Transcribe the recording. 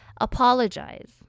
apologize